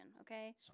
okay